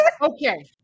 Okay